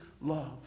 love